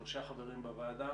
שלושה חברים בוועדה